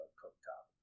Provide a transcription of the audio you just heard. cooktop